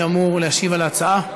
שאמור להשיב על ההצעה?